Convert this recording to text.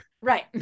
right